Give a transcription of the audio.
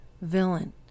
villain